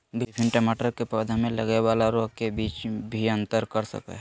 विभिन्न टमाटर के पौधा में लगय वाला रोग के बीच भी अंतर कर सकय हइ